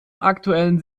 aktuellen